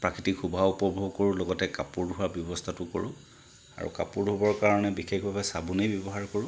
প্ৰাকৃতিক শোভা উপভোগ কৰোঁ লগতে কাপোৰ ধোৱা ব্যৱস্থাটো কৰোঁ আৰু কাপোৰ ধোবৰ কাৰণে বিশেষভাৱে চাবোনেই ব্যৱহাৰ কৰোঁ